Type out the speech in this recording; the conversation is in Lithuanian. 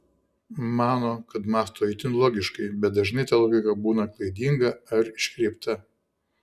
mano kad mąsto itin logiškai bet dažnai ta logika būna klaidinga ar iškreipta